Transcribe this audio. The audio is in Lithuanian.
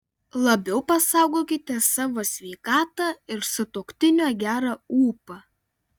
labiau pasaugokite savo sveikatą ir sutuoktinio gerą ūpą